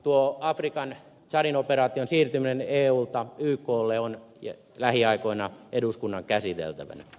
tuo afrikan tsadin operaation siirtyminen eulta yklle on lähiaikoina eduskunnan käsiteltävänä